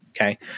Okay